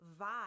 vibe